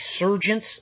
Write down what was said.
resurgence